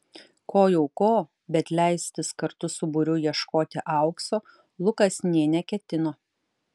ko jau ko bet leistis kartu su būriu ieškoti aukso lukas nė neketino